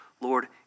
Lord